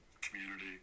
community